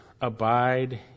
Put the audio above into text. abide